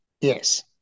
Yes